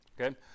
Okay